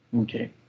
Okay